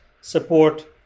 support